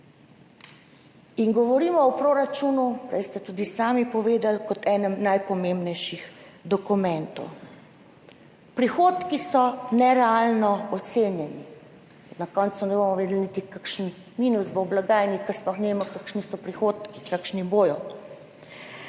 In govorimo o proračunu, prej ste tudi sami povedali, kot enem najpomembnejših dokumentov. Prihodki so nerealno ocenjeni, na koncu ne bomo vedeli niti, kakšen minus bo v blagajni, ker sploh ne vemo, kakšni so prihodki, kakšni bodo.